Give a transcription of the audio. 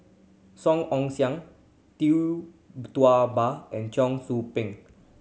Song Ong Siang Tee Ba and Cheong Soo Pieng